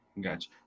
Gotcha